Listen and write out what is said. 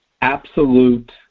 absolute